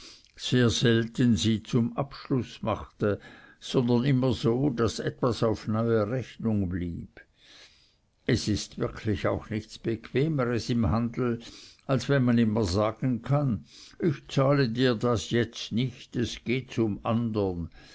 sehr selten aber sie zum abschluß machte sondern immer so daß etwas auf neue rechnung blieb es ist wirklich auch nichts bequemeres im handel als wenn man immer sagen kann ich zahle dir das jetzt nicht es geht zum andern